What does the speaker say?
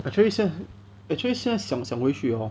actually 现 actually 现在想想回去 hor